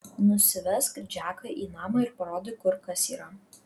nusivesk džeką į namą ir parodyk kur kas yra